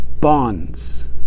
bonds